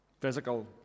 physical